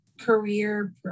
career